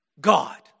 God